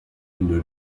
une